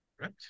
Right